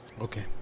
Okay